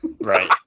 Right